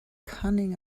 cunning